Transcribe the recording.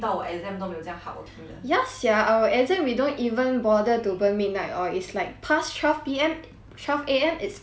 ya sia our exams we don't even bother to burn midnight oil it's like past twelve P_M twelve A_M it's okay we shall just go sleep